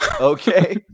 okay